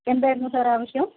എന്തായിരുന്നു സർ ആവശ്യം